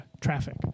traffic